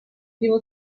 primo